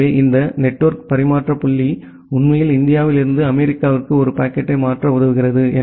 எனவே இந்த நெட்வொர்க் பரிமாற்ற புள்ளி உண்மையில் இந்தியாவில் இருந்து அமெரிக்காவிற்கு ஒரு பாக்கெட்டை மாற்ற உதவுகிறது